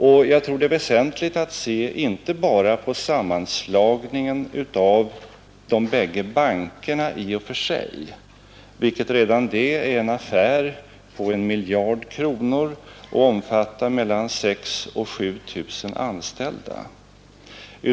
Jag tror att det är väsentligt att se inte bara på sammanslagningen av de bägge bankerna i och för sig, vilket redan det är en affär på en miljard kronor och berör mellan 6 000 och 7 000 anställda.